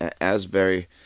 Asbury